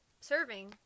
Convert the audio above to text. Serving